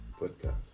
podcast